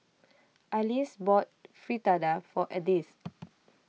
Alyse bought Fritada for Edith